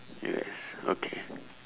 U_S okay